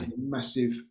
massive